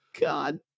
god